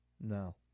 No